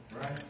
Right